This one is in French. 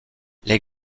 les